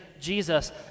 Jesus